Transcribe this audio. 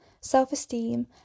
self-esteem